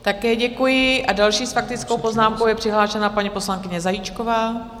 Také děkuji a další s faktickou poznámkou je přihlášena paní poslankyně Zajíčková.